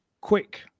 Quick